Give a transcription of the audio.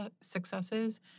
successes